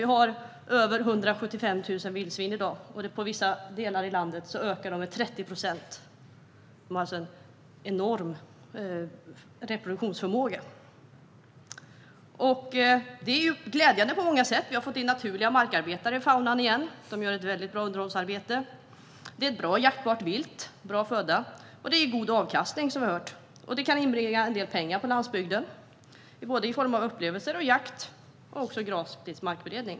Vi har över 175 000 vildsvin i dag, och i vissa delar av landet ökar de med 30 procent per år. De har alltså en enorm reproduktionsförmåga. Det är glädjande på många sätt. Vi har fått in naturliga markarbetare i faunan igen. Vildsvinen gör ett väldigt bra underhållsarbete. Det är ett bra, jaktbart vilt och bra föda. Som vi har hört ger det en god avkastning och kan inbringa en del pengar på landsbygden i form av upplevelser, jakt och även gratis markberedning.